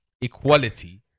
equality